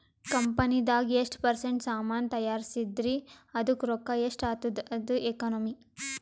ಕಂಪನಿದಾಗ್ ಎಷ್ಟ ಪರ್ಸೆಂಟ್ ಸಾಮಾನ್ ತೈಯಾರ್ಸಿದಿ ಅದ್ದುಕ್ ರೊಕ್ಕಾ ಎಷ್ಟ ಆತ್ತುದ ಅದು ಎಕನಾಮಿ